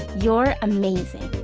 you're amazing.